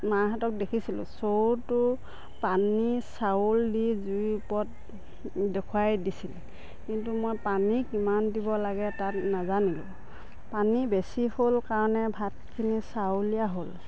মাহেঁতক দেখিছিলোঁ চৰুটো পানী চাউল দি জুইৰ ওপৰত দেখুওৱাই দিছিল কিন্তু মই পানী কিমান দিব লাগে তাত নাজানিলোঁ পানী বেছি হ'ল কাৰণে ভাতখিনি চাউলীয়া হ'ল